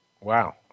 wow